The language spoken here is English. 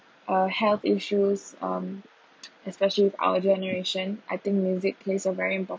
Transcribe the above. uh health issues um especially with our generation I think music plays a very important